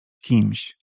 kimś